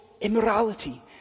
immorality